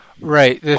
Right